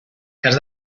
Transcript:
cas